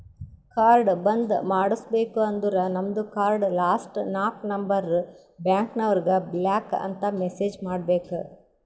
card ಬಂದ್ ಮಾಡುಸ್ಬೇಕ ಅಂದುರ್ ನಮ್ದು ಕಾರ್ಡ್ ಲಾಸ್ಟ್ ನಾಕ್ ನಂಬರ್ ಬ್ಯಾಂಕ್ನವರಿಗ್ ಬ್ಲಾಕ್ ಅಂತ್ ಮೆಸೇಜ್ ಮಾಡ್ಬೇಕ್